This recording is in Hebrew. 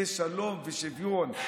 זה שלום ושוויון.